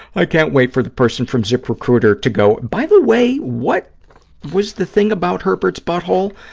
i can't wait for the person from ziprecruiter to go, by the way, what was the thing about herbert's butthole?